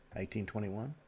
1821